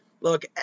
look